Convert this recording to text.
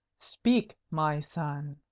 speak, my son.